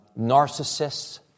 narcissists